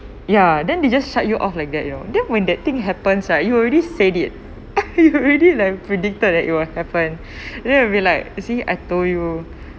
ya then they just shut you off like that you know that when that thing happens ah you already said it you already like predicted like it will happen then will be like see I told you